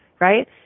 right